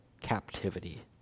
captivity